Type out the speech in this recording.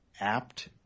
apt